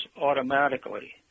automatically